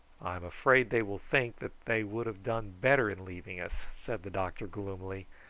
i'm afraid they will think that they would have done better in leaving us, said the doctor gloomily,